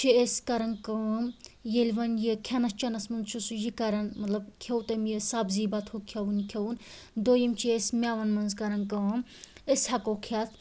چھِ أسۍ کَران کٲم ییٚلہِ وۄنۍ یہِ کھٮ۪نَس چٮ۪نَس منٛز چھُ سُہ یہِ کَران مطلب کھیوٚ تٔمۍ یہِ سبزی بتہٕ ہُہ کھیوٚوُن یہِ کھیوٚوُن دۄیِم چھِ أسۍ مٮ۪وَن منٛز کَران کٲم أسۍ ہٮ۪کو کھٮ۪تھ